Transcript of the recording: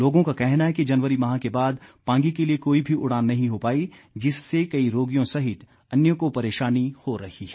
लोगों का कहना है कि जनवरी माह के बाद पांगी के लिए कोई भी उड़ान नही हो पायी जिससे कई रोगियों सहित अन्यों को परेशानी हो रही है